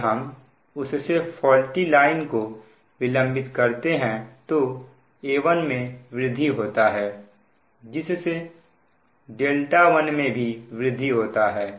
अगर हम उससे फॉल्टी लाइन को विलंबित करते हैं तो A1 में वृद्धि होता है जिससे 1 में भी वृद्धि होता है